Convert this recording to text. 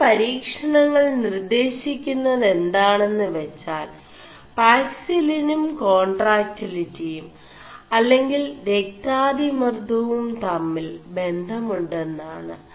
ഈ പരീ ണÆൾ നിർേÇശി ുMത് എാെണMു െവgാൽ പാക്സിലിനും േകാൺ4ടാക്ൈടലിിയും അെ ിൽ ര ാതിമർÇവും ത ിൽ ബ√മുെMാണ്